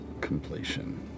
completion